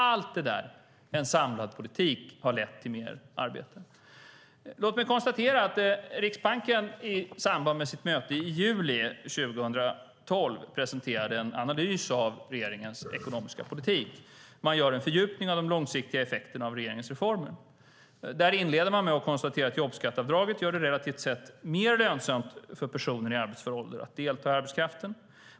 Allt det här - en samlad politik - har lett till fler arbeten. Låt mig konstatera att Riksbanken i samband med sitt möte i juli 2012 presenterat en analys av regeringens ekonomiska politik. Man gör en fördjupning av de långsiktiga effekterna av regeringens reformer. Man inleder med att konstatera att jobbskatteavdraget relativt sett gör det mer lönsamt för personer i arbetsför ålder att delta i arbetskraften.